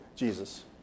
Jesus